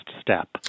step